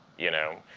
you know?